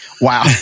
Wow